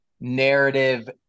narrative